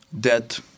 Debt